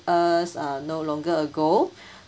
us uh no longer ago